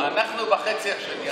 לאיש אין זכות לוותר עליהן.